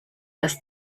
das